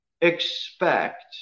expect